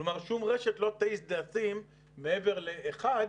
כלומר, שום רשת לא תעז לשים מעבר לאחד.